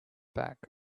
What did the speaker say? back